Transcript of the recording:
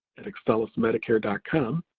at excellusmedicare and com,